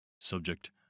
Subject